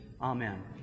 Amen